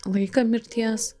laiką mirties